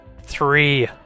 three